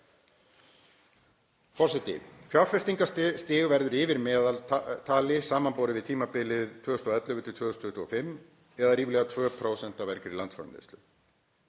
Forseti. Fjárfestingarstig verður yfir meðaltali samanborið við tímabilið frá 2011–2025 eða ríflega 2% af vergri landsframleiðslu.